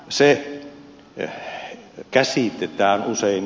se käsitetään usein väärin